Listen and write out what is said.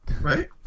Right